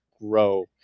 grow